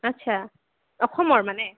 আচ্ছা অসমৰ মানে